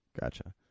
Gotcha